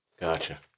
Gotcha